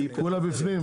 כולה בפנים?